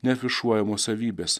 neafišuojamos savybės